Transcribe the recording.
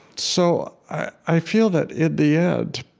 so i feel that in the end,